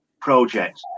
project